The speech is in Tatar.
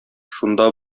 шунда